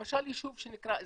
למשל יישוב שנקרא אל-זרנוק,